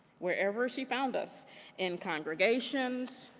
wherever she found us in congregations,